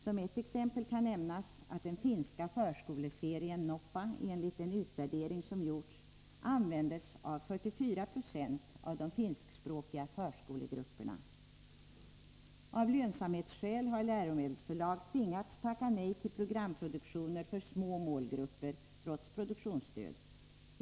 Som ett exempel kan nämnas att den finska förskoleserien ”Noppa” enligt en utvärdering som gjorts användes av 44 96 av de finskspråkiga förskolegrupperna. Av lönsamhetsskäl har läromedelsförlag tvingats tacka nej till programproduktioner för små målgrupper — trots produktionsstöd.